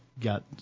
got –